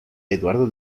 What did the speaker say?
eduardo